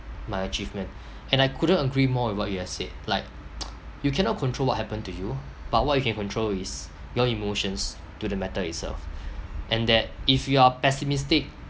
my achievement and I couldn't agree more with what you have said like you cannot control what happen to you but what you can control is your emotions to the matter itself and that if you are pessimistic